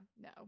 no